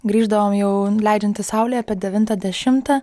grįždavom jau leidžiantis saulei apie devintą dešimtą